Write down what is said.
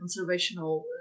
conservational